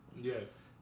Yes